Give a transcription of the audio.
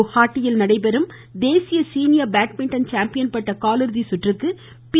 குஹாத்தியில் நடைபெறும் தேசிய senior badminton champion பட்ட காலிறுதி சுற்றுக்கு பி